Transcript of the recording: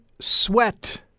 sweat